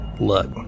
look